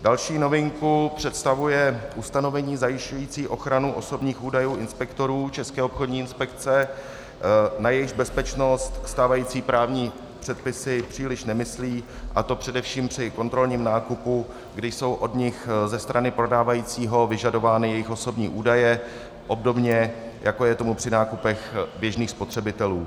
Další novinku představuje ustanovení zajišťující ochranu osobních údajů inspektorů České obchodní inspekce, na jejichž bezpečnost stávající právní předpisy příliš nemyslí, a to především při kontrolním nákupu, kdy jsou od nich ze strany prodávajícího vyžadovány jejich osobní údaje obdobně, jako je tomu při nákupech běžných spotřebitelů.